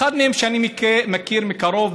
אחד מהם אני מכיר מקרוב,